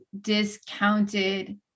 discounted